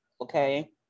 Okay